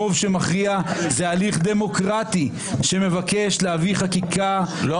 רוב שמכריע זה הליך דמוקרטי שמבקש להביא חקיקה בצורה טובה,